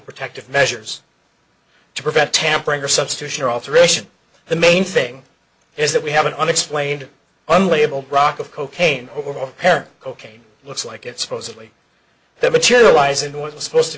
protective measures to prevent tampering or substitution or alteration the main thing is that we have an unexplained unlabeled rock of cocaine or heroin cocaine looks like it supposedly there materializing was supposed to